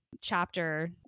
chapter